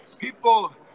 people